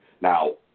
Now